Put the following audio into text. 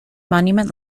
monument